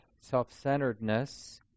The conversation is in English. self-centeredness